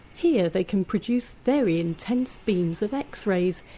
here they can produce very intense beams of x-rays,